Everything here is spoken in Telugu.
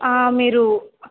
మీరు